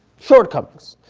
shortcomings.